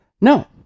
No